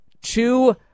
two